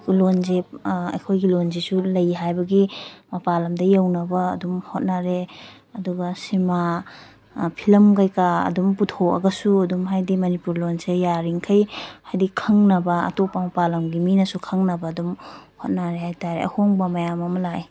ꯂꯣꯟꯁꯦ ꯑꯩꯈꯣꯏꯒꯤ ꯂꯣꯟꯁꯤꯁꯨ ꯂꯩ ꯍꯥꯏꯕꯒꯤ ꯃꯄꯥꯟ ꯂꯝꯗ ꯌꯧꯅꯕ ꯑꯗꯨꯝ ꯍꯣꯠꯅꯔꯦ ꯑꯗꯨꯒ ꯁꯤꯃꯥ ꯐꯤꯂꯝ ꯀꯩꯀꯥ ꯑꯗꯨꯝ ꯄꯨꯊꯣꯛꯑꯒꯁꯨ ꯑꯗꯨꯝ ꯍꯥꯏꯗꯤ ꯃꯅꯤꯄꯨꯔꯤ ꯂꯣꯟꯁꯦ ꯌꯥꯔꯤꯃꯈꯩ ꯍꯥꯏꯗꯤ ꯈꯪꯅꯕ ꯑꯇꯣꯞꯄ ꯃꯄꯥꯟ ꯂꯝꯒꯤ ꯃꯤꯅꯁꯨ ꯈꯪꯅꯕ ꯑꯗꯨꯝ ꯍꯣꯠꯅꯔꯦ ꯍꯥꯏꯇꯔꯦ ꯑꯍꯣꯡꯕ ꯃꯌꯥꯝ ꯑꯃ ꯂꯛꯑꯦ